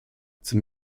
zum